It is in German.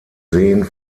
seen